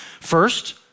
First